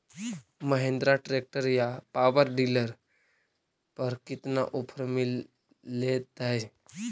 Mahindra tractor या power dealer पर कितना ओफर मीलेतय?